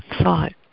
thought